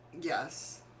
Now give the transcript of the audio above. yes